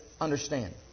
understand